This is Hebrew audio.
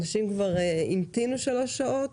אנשים כבר המתינו שלוש שעות,